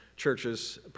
churches